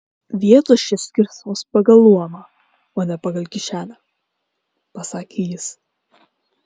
vietos čia skirstomos pagal luomą o ne pagal kišenę pasakė jis